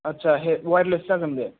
आच्चा हे वाइरलेस जागोन बे